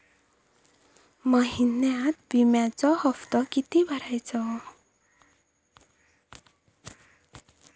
महिन्यात विम्याचो हप्तो किती भरायचो?